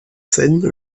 scène